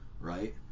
right